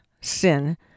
sin